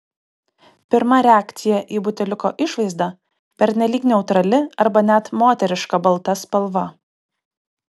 pirma reakcija į buteliuko išvaizdą pernelyg neutrali arba net moteriška balta spalva